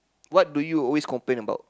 what do you always complain about